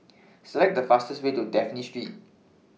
Select The fastest Way to Dafne Street